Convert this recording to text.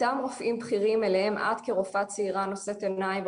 אותם רופאים בכירים אליהם את כרופאה צעירה נושאת עיניים,